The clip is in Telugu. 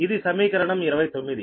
ఇది సమీకరణం 29